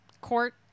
court